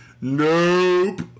Nope